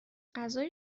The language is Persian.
غذای